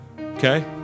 okay